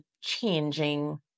changing